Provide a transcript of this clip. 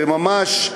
וממש,